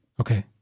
Okay